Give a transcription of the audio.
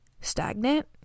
stagnant